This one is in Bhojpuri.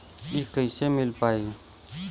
इ कईसे मिल पाई?